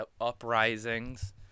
uprisings